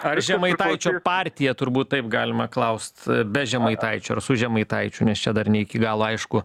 ar žemaitaičio partija turbūt taip galima klaust be žemaitaičio ar su žemaitaičiu nes čia dar ne iki galo aišku